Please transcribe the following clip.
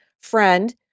friend